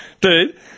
Dude